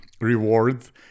Rewards